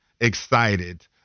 excited